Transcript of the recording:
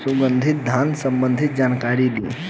सुगंधित धान संबंधित जानकारी दी?